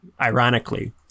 ironically